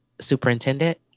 superintendent